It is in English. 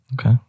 Okay